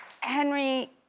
Henry